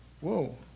Whoa